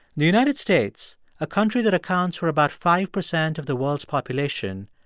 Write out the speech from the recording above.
the united states, a country that accounts for about five percent of the world's population,